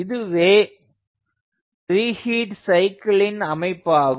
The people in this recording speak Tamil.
இதுவே ரிஹீட் சைக்கிளின் அமைப்பாகும்